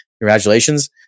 congratulations